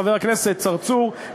חבר הכנסת צרצור,